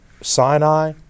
Sinai